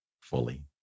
fully